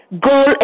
goal